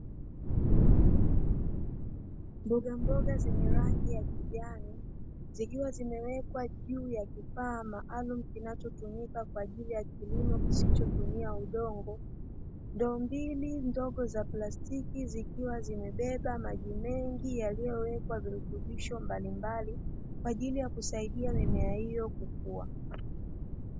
Mbogamboga zenye rangi ya kijani, zikiwa zimewekwa juu ya kifaa maalumu kinachotumika kwa ajili ya kilimo kisichotumia udongo. Ndoo mbili ndogo, za plastiki zikiwa zimebeba maji mengi yaliyowekwa virutubisho mbalimbali kwa ajili ya kusaidia mimea hiyo kukua.